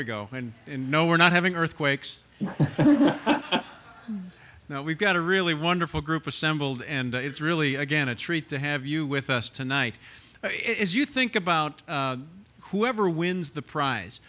go and no we're not having earthquakes now we've got a really wonderful group assembled and it's really again a treat to have you with us tonight is you think about whoever wins the prize